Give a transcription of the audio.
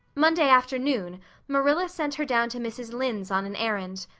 monday afternoon marilla sent her down to mrs. lynde's on an errand.